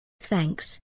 Thanks